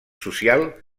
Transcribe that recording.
social